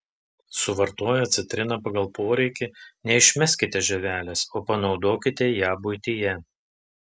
suvartoję citriną pagal poreikį neišmeskite žievelės o panaudokite ją buityje